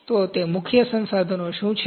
તો તે મુખ્ય સંસાધનો શું છે